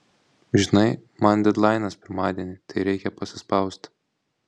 žinai man dedlainas pirmadienį tai reikia pasispaust